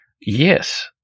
Yes